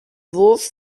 wurf